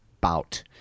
bout